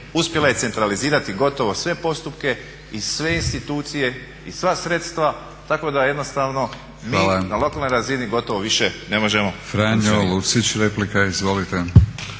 uspjela je centralizirati gotovo sve postupke i sve institucije i sva sredstva tako da jednostavno mi na lokalnoj razini gotovo više ne možemo…